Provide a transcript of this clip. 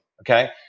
Okay